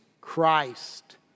Christ